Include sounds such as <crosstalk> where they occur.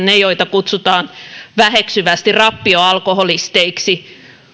<unintelligible> ne joita kutsutaan väheksyvästi rappioalkoholisteiksi